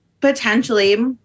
potentially